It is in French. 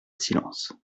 silence